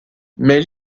mais